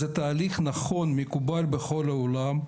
זה תהליך נכון, מקובל בכל העולם.